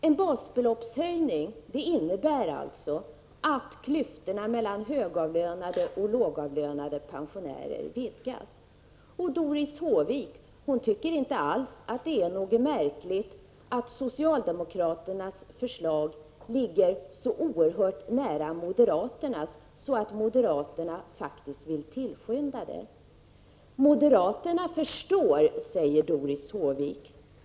En basbeloppshöjning innebär alltså att klyftorna mellan högavlönade och lågavlönade pensionärer vidgas. Doris Håvik tycker inte alls att det är något Prot. 1986/87:105 märkligt att socialdemokraternas förslag ligger så oerhört nära moderaternas att moderaterna faktiskt är tillskyndare av det. Moderaterna förstår, sade Doris Håvik.